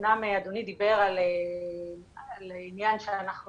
אמנם אדוני דיבר על העניין שאנחנו